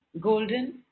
golden